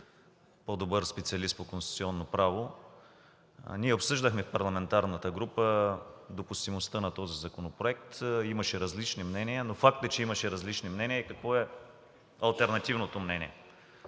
по добър специалист по конституционно право. Ние обсъждахме в парламентарната група допустимостта на този законопроект. Имаше различни мнения, но факт е, че имаше различни мнения – и какво е алтернативното мнение.